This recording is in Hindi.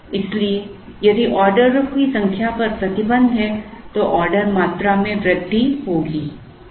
इसलिए यदि ऑर्डरों की संख्या पर प्रतिबंध है तो ऑर्डर मात्रा में वृद्धि होगी